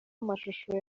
amashusho